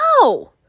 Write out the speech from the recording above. No